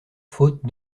faute